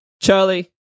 Charlie